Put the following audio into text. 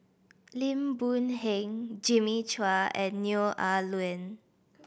Lim Boon Heng Jimmy Chua and Neo Ah Luan